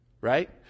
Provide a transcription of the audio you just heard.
Right